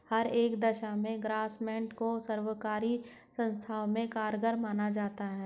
हर एक दशा में ग्रास्मेंट को सर्वकारी संस्थाओं में कारगर माना जाता है